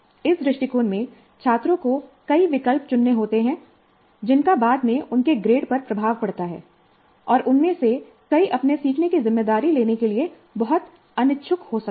इस दृष्टिकोण में छात्रों को कई विकल्प चुनने होते हैं जिनका बाद में उनके ग्रेड पर प्रभाव पड़ता है और उनमें से कई अपने सीखने की जिम्मेदारी लेने के लिए बहुत अनिच्छुक हो सकते हैं